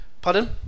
Pardon